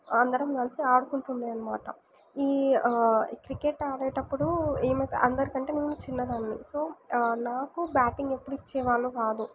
అందరం కలిసి ఆడుకుంటుండే అన్నమాట ఈ ఈ క్రికెట్ ఆడేటప్పుడు ఈమె అందరికంటే నేను చిన్నదాన్ని సో నాకు బ్యాటింగ్ ఎప్పుడు ఇచ్చేవాళ్ళు కాదు